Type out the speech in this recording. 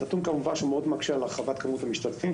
זה נתון שמקשה מאוד על הרחבת מספר המשתתפים,